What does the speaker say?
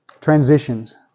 transitions